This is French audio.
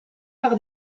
par